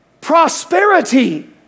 prosperity